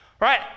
Right